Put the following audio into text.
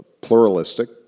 pluralistic